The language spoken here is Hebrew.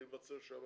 ייווצר שם